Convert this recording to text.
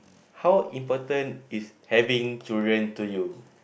how important is having children to you